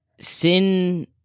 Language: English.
sin